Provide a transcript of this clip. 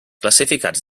classificats